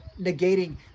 negating